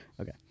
Okay